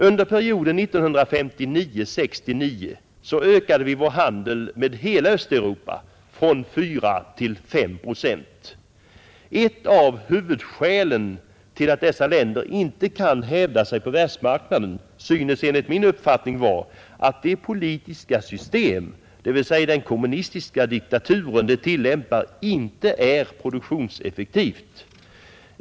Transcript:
Under perioden 1959—1969 ökade vi vår handel med hela Östeuropa från fyra till fem procent. Ett av huvudskälen till att dessa länder inte kan hävda sig på världsmarknaden synes enligt min uppfattning vara att det politiska system de tillämpar, dvs. den kommunistiska diktaturen, inte är produktionseffektivt.